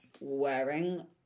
wearing